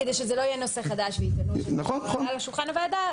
כדי שזה לא יהיה נושא חדש ויטענו שזה כבר עלה לשולחן הוועדה,